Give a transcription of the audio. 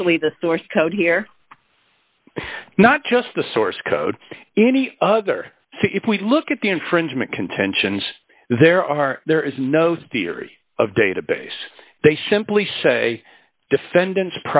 essentially the source code here not just the source code any other so if we look at the infringement contentions there are there is no theory of database they simply say defendants